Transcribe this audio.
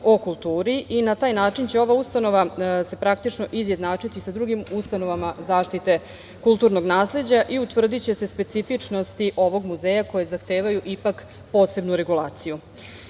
o kulturi i na taj način će ova ustanova, se praktično izjednačiti sa drugim ustanovama zaštite kulturnog nasleđa i utvrdiće se specifičnosti ovog muzeja koji zahtevaju ipak posebnu regulaciju. Kao